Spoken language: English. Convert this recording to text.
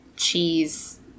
Cheese